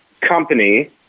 company